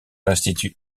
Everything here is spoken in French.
l’institut